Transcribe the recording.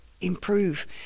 improve